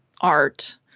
art